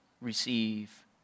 receive